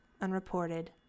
unreported